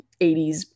80s